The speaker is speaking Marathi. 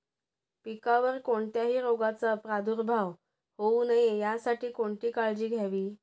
पिकावर कोणत्याही रोगाचा प्रादुर्भाव होऊ नये यासाठी कोणती काळजी घ्यावी?